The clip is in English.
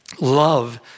love